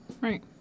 right